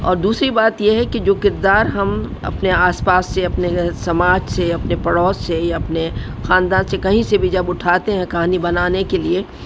اور دوسری بات یہ ہے کہ جو کردار ہم اپنے آس پاس سے اپنے سماج سے اپنے پڑوس سے یا اپنے خاندان سے کہیں سے بھی جب اٹھاتے ہیں کہانی بنانے کے لیے